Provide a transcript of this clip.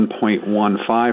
1.15%